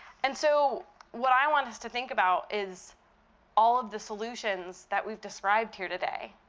and so what i want us to think about is all of the solutions that we've described here today.